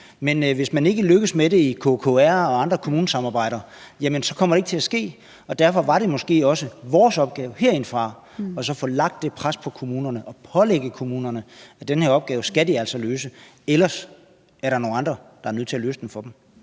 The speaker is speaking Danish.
Men hvis man ikke lykkes med det i KKR og andre kommunesamarbejder, kommer det ikke til at ske. Og derfor var det måske også vores opgave herindefra at få lagt det pres på kommunerne og pålægge kommunerne, at den her opgave skal de altså løse, for ellers er der nogle andre, der er nødt til at løse den for dem.